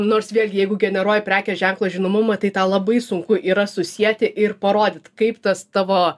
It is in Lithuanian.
nors vėlgi jeigu generuoji prekės ženklo žinomumą tai tą labai sunku yra susieti ir parodyt kaip tas tavo